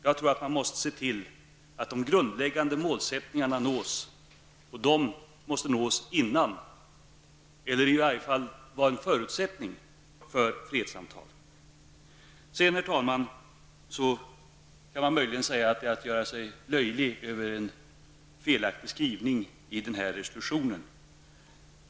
Jag tror att man måste se till att de grundläggande målen nås före eller i varje fall vara en förutsättning för fredssamtal. Man kan möjligen säga att det är att göra sig löjlig över en felskrivning i denna resolution.